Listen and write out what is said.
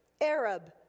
Arab